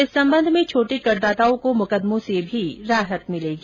इस संबंध में छोटे करदाताओं को मुकदमो से भी राहत मिलेगी